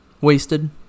Wasted